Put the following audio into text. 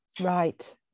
right